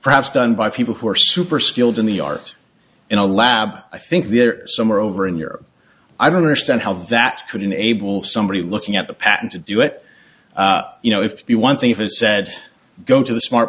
perhaps done by people who are super skilled in the art in a lab i think they're somewhere over in europe i don't understand how that could enable somebody looking at the patent to do it you know if you one thing if it said go to the smart